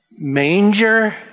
manger